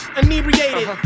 inebriated